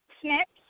Snips